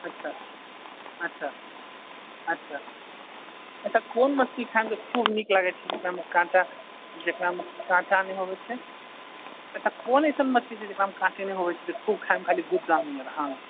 अच्छा अच्छा अच्छा अच्छा कोन मछली खाइमे खूब नीक लगै छै जेकरामे काँटा जेकरामे काँटा नहि होबै छै अच्छा कोन अइसन मछली होइ छै जाहिमे काँटे नहि होइ छै जे खूब खाइमे खाली गुद्दा मिलत